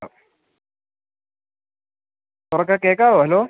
okay ഉറക്കെ കേൾക്കാമോ hello